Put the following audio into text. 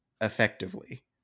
effectively